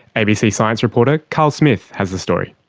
abc science reporter carl smith has the story.